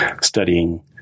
studying